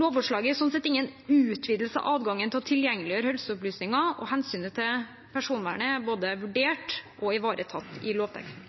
Lovforslaget er sånn sett ingen utvidelse av adgangen til å tilgjengeliggjøre helseopplysninger, og hensynet til personvernet er både vurdert og ivaretatt i lovteksten.